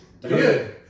Good